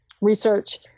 research